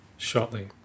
Shortly